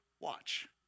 watch